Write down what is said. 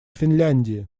финляндии